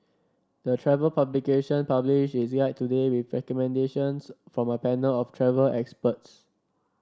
the travel publication published is there today with recommendations from a panel of travel experts